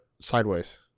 sideways